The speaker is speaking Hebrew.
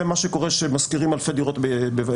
זה מה שקורה שמשכירים אלפי דירות יחד.